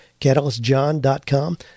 Catalystjohn.com